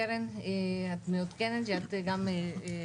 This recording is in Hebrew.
קרן את מעודכנת, כי את גם מהשדולה?